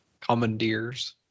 Commandeers